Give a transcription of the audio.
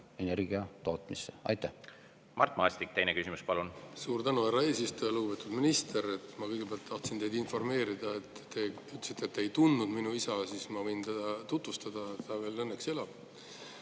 energia tootmisse. Mart Maastik, teine küsimus, palun! Suur tänu, härra eesistuja! Lugupeetud minister! Ma kõigepealt tahtsin teid informeerida. Te ütlesite, et te ei tundnud minu isa. Ma võin teda tutvustada, ta veel õnneks elab.